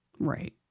Right